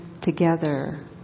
together